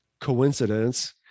coincidence